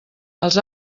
els